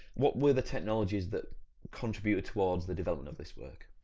what were the technologies that contributed towards the development of this work?